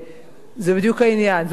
זה בדיוק העניין, זו הנקודה.